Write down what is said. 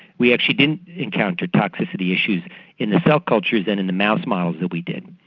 we actually didn't encounter toxicity issues in the cell cultures and in the mouse models that we did.